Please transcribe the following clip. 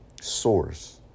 source